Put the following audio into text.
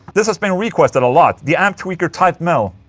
this has been requested a lot, the amptweaker tight metal.